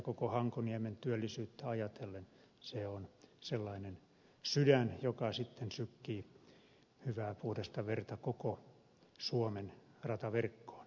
koko hankoniemen työllisyyttä ajatellen se on sellainen sydän joka sitten sykkii hyvää puhdasta verta koko suomen rataverkkoon